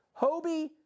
Hobie